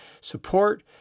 support